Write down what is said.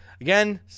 again